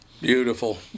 Beautiful